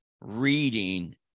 reading